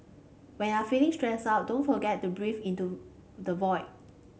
when are feeling stressed out don't forget to breathe into the void